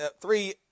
three